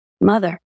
Mother